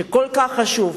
שהוא כל כך חשוב,